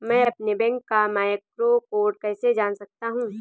मैं अपने बैंक का मैक्रो कोड कैसे जान सकता हूँ?